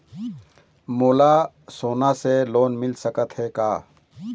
मोला सोना से लोन मिल सकत हे का?